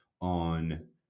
on